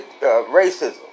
racism